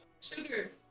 Sugar